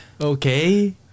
okay